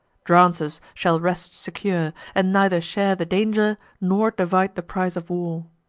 drances shall rest secure, and neither share the danger, nor divide the prize of war.